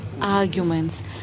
arguments